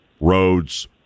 roads